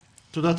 תודה.